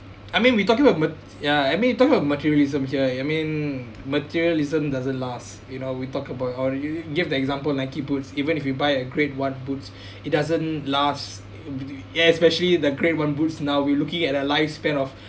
I mean we talking about mat~ ya I mean talking about materialism here I mean materialism doesn't last you know we talk about or you you give the example Nike boots even if you buy a grade one boots it doesn't last ya especially the great one boots now we're looking at a lifespan of